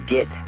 Get